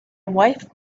wife